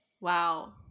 Wow